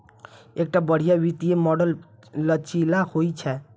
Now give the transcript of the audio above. एकटा बढ़िया वित्तीय मॉडल लचीला होइ छै